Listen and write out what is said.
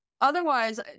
Otherwise